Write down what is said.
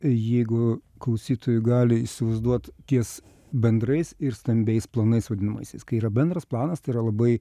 jeigu klausytojai gali įsivaizduot ties bendrais ir stambiais planais vadinamaisiais kai yra bendras planas tai yra labai